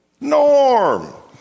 Norm